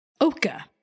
Oka